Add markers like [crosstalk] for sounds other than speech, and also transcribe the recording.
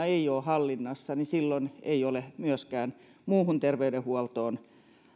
[unintelligible] ei ole hallinnassa niin silloin ei ole myöskään muuhun terveydenhuoltoon